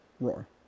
Roar